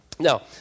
Now